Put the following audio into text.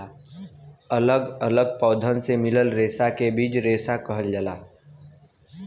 अलग अलग पौधन से मिलल रेसा के बीज रेसा कहल जाला